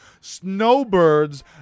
snowbirds